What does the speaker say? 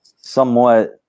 somewhat